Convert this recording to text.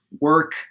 work